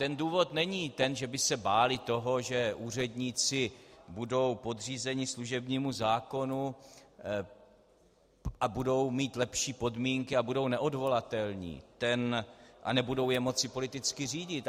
Ten důvod není to, že by se báli toho, že úředníci budou podřízeni služebnímu zákonu a budou mít lepší podmínky a budou neodvolatelní a nebudou je moci politicky řídit.